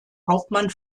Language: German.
hauptmann